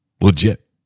Legit